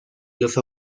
los